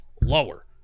lower